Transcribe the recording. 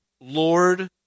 Lord